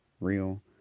real